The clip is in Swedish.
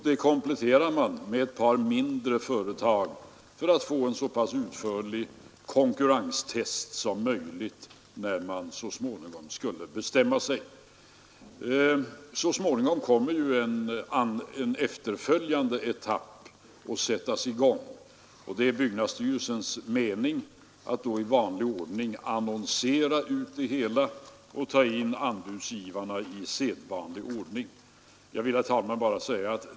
Detta kompletterar man med ett par mindre företag för att få ett så utförligt konkurrenstest som möjligt när man så småningom skall bestämma sig. Senare kommer ju en efterföljande etapp att sättas i gång, och det är byggnadsstyrelsens mening att annonsera ut det hela och ta in anbuden i sedvanlig ordning. Herr talman!